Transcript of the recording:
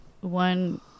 one